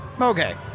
Okay